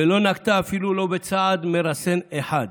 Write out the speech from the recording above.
ולא נקטה אפילו לא צעד מרסן אחד.